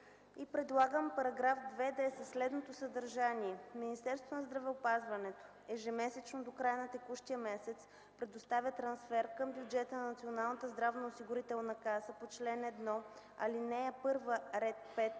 предлагам той да е със следното съдържание: „§ 2. Министерството на здравеопазването ежемесечно до края на текущия месец предоставя трансфер към бюджета на Националната здравноосигурителна каса по чл. 1, ал. 1, ред 5